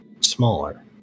smaller